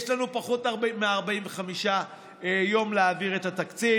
יש פחות מ-45 יום להעביר את התקציב.